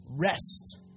rest